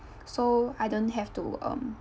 so I don't have to um